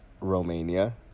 Romania